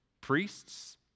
priests